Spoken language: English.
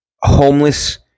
homeless